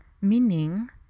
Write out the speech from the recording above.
meaning